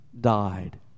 died